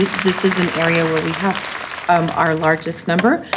this is an area where we have um our largest number.